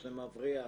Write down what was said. מבריח,